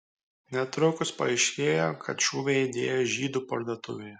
netrukus paaiškėjo kad šūviai aidėjo žydų parduotuvėje